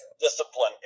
discipline